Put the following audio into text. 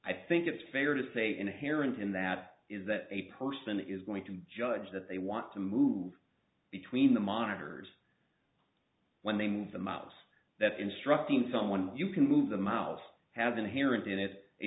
i think it's fair to say inherent in that is that a person is going to judge that they want to move between the monitors when they move the mouse that instructing someone you can move the mouse has inherent in it a